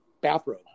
bathrobe